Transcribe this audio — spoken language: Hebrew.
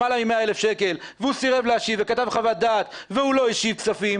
למעלה מ-100,000 שקל והוא סירב להשיב וכתב חוות דעת והוא לא השיב כספים,